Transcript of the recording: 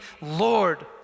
Lord